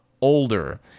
older